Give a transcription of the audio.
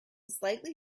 slightly